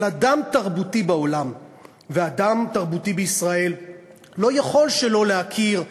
אבל אדם תרבותי בעולם ואדם תרבותי בישראל לא יכול שלא להכיר,